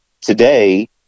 today